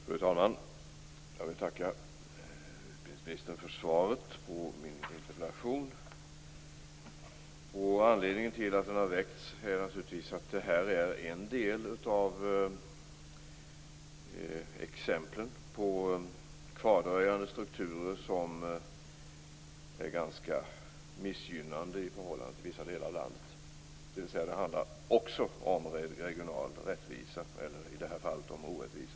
Fru talman! Jag vill tacka utbildningsministern för svaret på min interpellation. Anledningen till att den väckts är naturligtvis att detta är exempel på de kvardröjande strukturer som är ganska missgynnande för vissa delar av landet. Det handlar alltså också om regional rättvisa - eller i det här fallet om orättvisa.